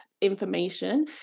information